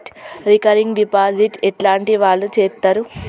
Recurring deposit ఎట్లాంటి వాళ్లు చేత్తరు?